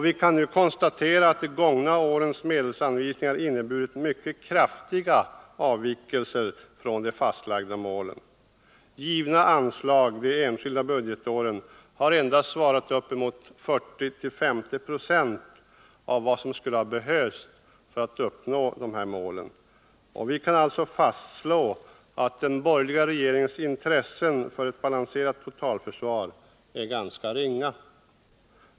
Vi kan nu konstatera att de gångna årens medelsanvisningar inneburit mycket kraftiga avvikelser från de fastlagda målen. Givna anslag för de enskilda budgetåren har endast svarat mot 40-50 926 av vad som skulle ha behövts för att uppnå målen. Vi kan alltså fastslå att den borgerliga regeringens intresse för ett balanserat totalförsvar är ganska ringa.